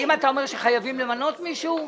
האם אתה אומר שחייבים למנות מישהו?